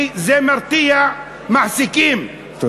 כי זה מרתיע מעסיקים, תודה.